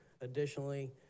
Additionally